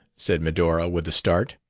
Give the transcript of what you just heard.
said medora, with a start.